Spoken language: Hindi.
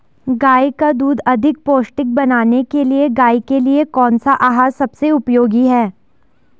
गाय का दूध अधिक पौष्टिक बनाने के लिए गाय के लिए कौन सा आहार सबसे उपयोगी है?